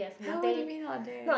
!huh! what do you mean not there